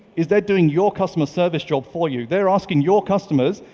is they're doing your customer service job for you. they're asking your customers,